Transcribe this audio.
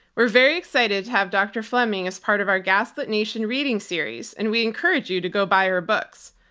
we're very excited to have dr. fleming as part of our gaslit nation reading series, and we encourage you to go buy her books.